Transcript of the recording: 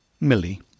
Millie